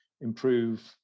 improve